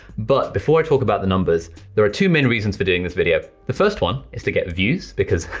but, before i talk about the numbers, there are two main reasons for doing this video. the first one is to get views, because,